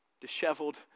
disheveled